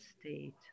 state